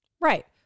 Right